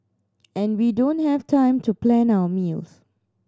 and we don't have time to plan our meals